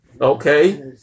Okay